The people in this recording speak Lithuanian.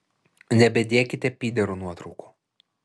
nebedėkite pyderų nuotraukų